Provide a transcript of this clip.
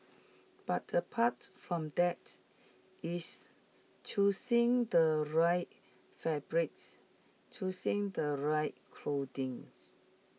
but apart from that it's choosing the right fabrics choosing the right clothings